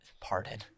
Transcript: pardon